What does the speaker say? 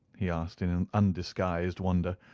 he asked in and undisguised wonder,